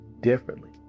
differently